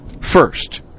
first